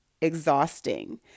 exhausting